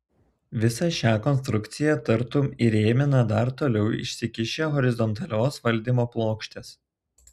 visą šią konstrukciją tartum įrėmina dar toliau išsikišę horizontalios valdymo plokštės